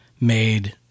made –